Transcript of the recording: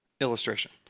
illustration